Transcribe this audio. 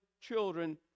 children